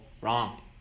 wrong